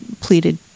pleaded